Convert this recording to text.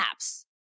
apps